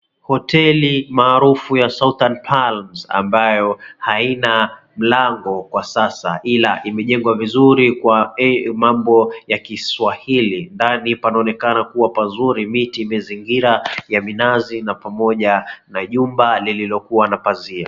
Hoteli maarufu ya Southern Palms ambayo haina mlango kwa sasa ila imejengwa vizuri kwa mambo ya kiswahili. Ndani panaonekana kuwa pazuri. Miti imezingira ya minazi na pamoja na jumba lililo kuwa na pazia.